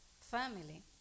family